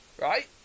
right